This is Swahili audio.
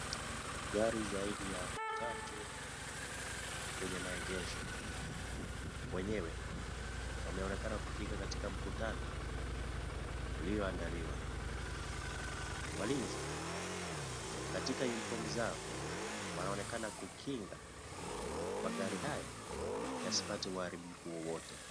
Gari zaidi ya tatu kwenye maegesho, wenyewe, wameonekana kufika katika mkutano ulio andaliwa, walinzi katika uniform zao wanaonekana kukinga, magari haya yasipate uharibifu wowote.